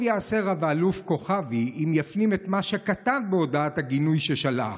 טוב יעשה רב-אלוף כוכבי אם יפנים את מה שכתב בהודעת הגינוי ששלח: